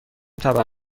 طبقه